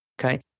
Okay